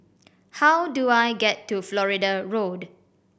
how do I get to Florida Road